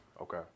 Okay